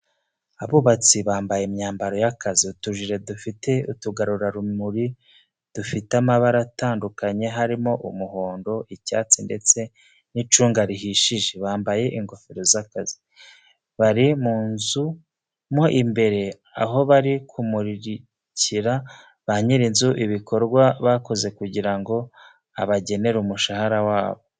Abubatsi bambaye imyambaro y'akazi, utujire dufite utugarurarumuri dufite amabara atandukanye harimo umuhondo, icyatsi, ndetse n'icunga rihishije, bambaye n'ingofero z'akazi. Bari mu nzu mo imbere aho bari kumurikira ba nyir'inzu ibikorwa bakoze kugira ngo abagenere umushahara wabo.